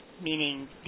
meaning